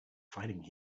fighting